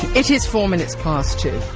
it is four minutes past two.